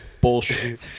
bullshit